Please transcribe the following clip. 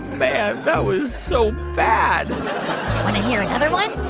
man, that was so bad want to hear another one?